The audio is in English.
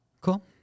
Cool